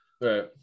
right